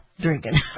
drinking